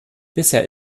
bisher